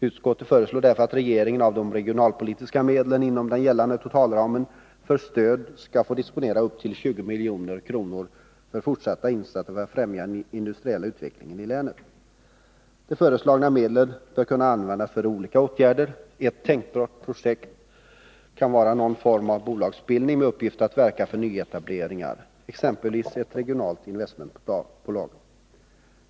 Utskottet föreslår därför att regeringen av de regionalpolitiska medlen inom den gällande totalramen för stöd skall få disponera upp till 20 milj.kr. till fortsatta insatser för att främja den industriella utvecklingen i länet. De föreslagna medlen bör kunna användas för olika åtgärder. Ett tänkbart projekt kan vara någon form av bolagsbildning med uppgift att verka för nyetableringar, exempelvis ett regionalt investmentbolag.